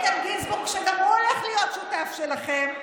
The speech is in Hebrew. שגם הוא הולך להיות שותף שלכם,